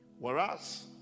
Whereas